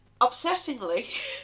upsettingly